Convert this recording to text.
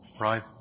right